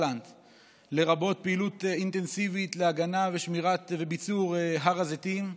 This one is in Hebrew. לרבות פעילות אינטנסיבית להגנה ושמירה וביצור של הר הזיתים,